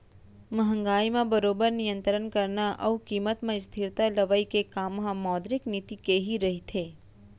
महंगाई म बरोबर नियंतरन करना अउ कीमत म स्थिरता लवई के काम ह मौद्रिक नीति के ही रहिथे